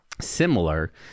similar